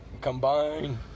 Combine